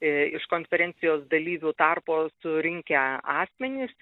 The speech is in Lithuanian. iš konferencijos dalyvių tarpo surinkę asmenys